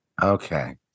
Okay